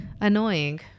annoying